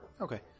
Okay